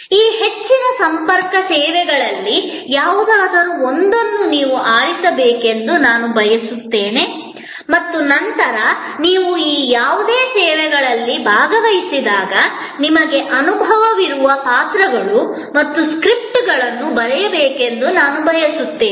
ಈ ಹೆಚ್ಚಿನ ಸಂಪರ್ಕ ಸೇವೆಗಳಲ್ಲಿ ಯಾವುದಾದರೂ ಒಂದನ್ನು ನೀವು ಆರಿಸಬೇಕೆಂದು ನಾನು ಬಯಸುತ್ತೇನೆ ಮತ್ತು ನಂತರ ನೀವು ಈ ಯಾವುದೇ ಸೇವೆಗಳಲ್ಲಿ ಭಾಗವಹಿಸಿದಾಗ ನಿಮಗೆ ಅನುಭವವಿರುವ ಪಾತ್ರಗಳು ಮತ್ತು ಸ್ಕ್ರಿಪ್ಟ್ಗಳನ್ನು ಬರೆಯಬೇಕೆಂದು ನಾನು ಬಯಸುತ್ತೇನೆ